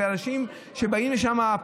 האנשים שבאים לשם,